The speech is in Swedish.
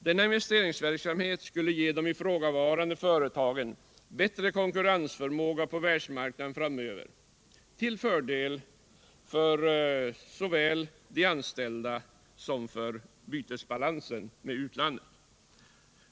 Denna investeringsverksamhet skulle ge de ifrågavarande företagen bättre konkurrensförmåga på världsmarknaden framöver till fördel för såväl de anställda som bytesbalansen.